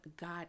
God